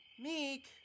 Meek